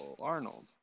Arnold